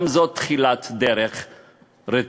גם זאת תחילת דרך רצויה.